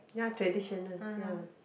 ya traditional ya